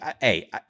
hey